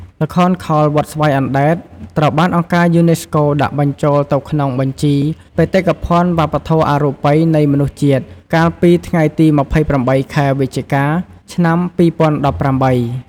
ល្ខោនខោលវត្តស្វាយអណ្តែត ត្រូវបានអង្គការយូណេស្កូ ដាក់បញ្ចូលទៅក្នុងបញ្ជី បេតិកភណ្ឌវប្បធម៌អរូបីនៃមនុស្សជាតិ កាលពី ថ្ងៃទី២៨ ខែវិច្ឆិកា ឆ្នាំ២០១៨។